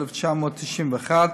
1991,